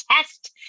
test